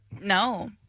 No